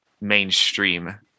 mainstream